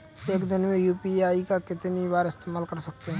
एक दिन में यू.पी.आई का कितनी बार इस्तेमाल कर सकते हैं?